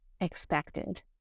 expected